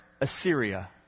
Assyria